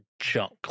junk